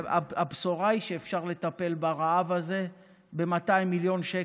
הבשורה היא שאפשר לטפל ברעב הזה ב-200 מיליון שקל,